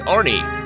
Arnie